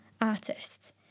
artist